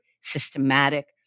systematic